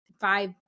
five